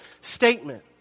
statement